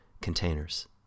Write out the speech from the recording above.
containers